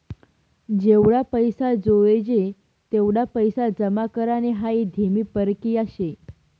जेवढा पैसा जोयजे तेवढा पैसा जमा करानी हाई धीमी परकिया शे